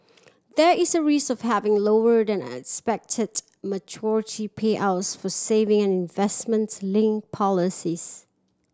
there is a risk of having lower than expected maturity payouts for saving and investments linked policies